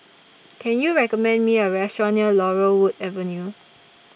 Can YOU recommend Me A Restaurant near Laurel Wood Avenue